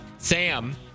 sam